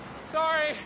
Sorry